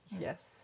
yes